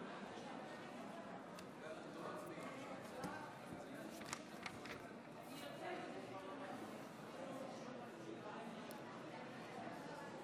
להלן תוצאות ההצבעה: 50 בעד, 57 נגד.